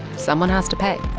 someone has to pay